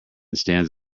stands